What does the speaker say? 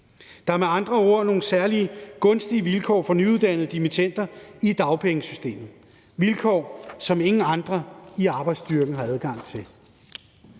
Der er med andre ord nogle særlige gunstige vilkår for nyuddannede dimittender i dagpengesystemet – vilkår, som ingen andre i arbejdsstyrken har adgang til.